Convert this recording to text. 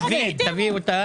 תביאו אותה.